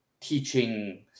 teaching